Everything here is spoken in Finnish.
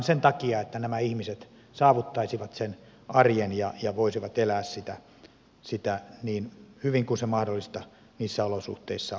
sen takia että nämä ihmiset saavuttaisivat sen arjen ja voisivat elää sitä niin hyvin kuin mahdollista niissä olosuhteissa on